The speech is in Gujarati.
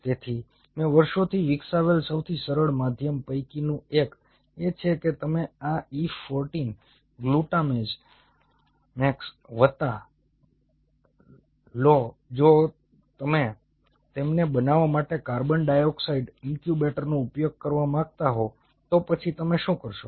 તેથી મેં વર્ષોથી વિકસાવેલ સૌથી સરળ માધ્યમ પૈકીનું એક એ છે કે તમે આ E 14 ગ્લુટામેક્સ વત્તા લો જો તમે તેમને બનાવવા માટે કાર્બન ડાયોક્સાઇડ ઇન્ક્યુબેટરનો ઉપયોગ કરવા માંગતા હો તો પછી તમે શું કરશો